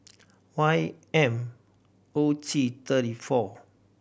Y M O T thirty four